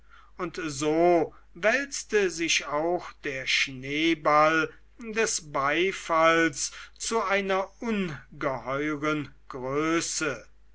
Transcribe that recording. und so wälzte sich auch der schneeball des beifalls zu einer ungeheuren größe